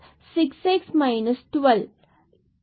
எனவே இதன் fxx6x 12 மதிப்பு fxy0